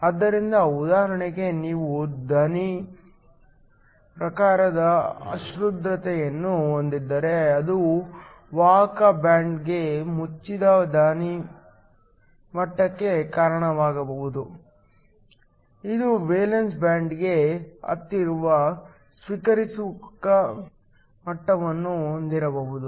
ಆದ್ದರಿಂದ ಉದಾಹರಣೆಗೆ ನೀವು ದಾನಿ ಪ್ರಕಾರದ ಅಶುದ್ಧತೆಯನ್ನು ಹೊಂದಿದ್ದರೆ ಅದು ವಾಹಕ ಬ್ಯಾಂಡ್ಗೆ ಮುಚ್ಚಿದ ದಾನಿ ಮಟ್ಟಕ್ಕೆ ಕಾರಣವಾಗಬಹುದು ಇದು ವೇಲೆನ್ಸಿ ಬ್ಯಾಂಡ್ಗೆ ಹತ್ತಿರವಿರುವ ಸ್ವೀಕಾರಕ ಮಟ್ಟವನ್ನು ಹೊಂದಿರಬಹುದು